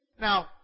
Now